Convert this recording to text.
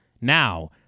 Now